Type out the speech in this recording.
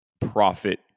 profit